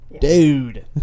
Dude